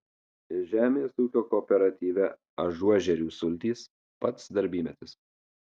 žemės ūkio kooperatyve ažuožerių sultys pats darbymetis